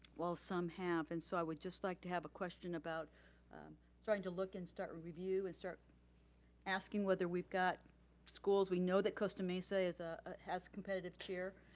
well, some have and so i would just like to have a question about trying to look and start to review and start asking whether we've got schools. we know that costa mesa has ah ah has competitive cheer.